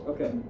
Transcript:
Okay